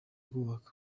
kubaka